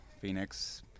Phoenix